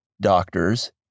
doctors